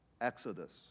Exodus